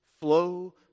flow